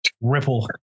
ripple